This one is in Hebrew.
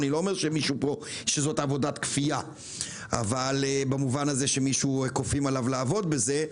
אני לא אומר שזאת עבודת כפייה במובן הזה שכופים על מישהו לעבוד בזה,